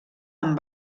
amb